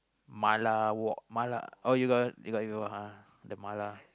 mala wok mala oh you got the you got the the mala